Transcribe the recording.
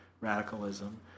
radicalism